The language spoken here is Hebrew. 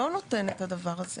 לא נותן את הדבר הזה.